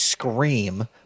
scream